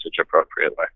appropriately